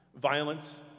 Violence